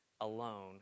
alone